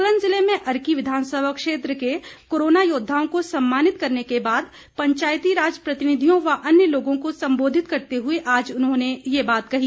सोलन जिले में अर्की विधानसभा क्षेत्र के कोरोना योद्वाओं को सम्मानित करने के बाद पंचायती राज प्रतिनिधियों व अन्य लोगों को संबोधित करते हुए आज उन्होंने ये बात कहीं